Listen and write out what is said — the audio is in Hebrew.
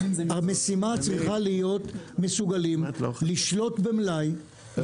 המשימה צריכה להיות מסוגלים לשלוט במלאי.